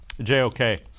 JOK